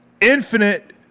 infinite